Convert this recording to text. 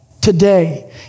today